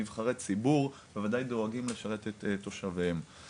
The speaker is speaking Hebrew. נבחרי ציבור בוודאי דואגים לשרת את תושביהם,